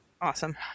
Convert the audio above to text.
Awesome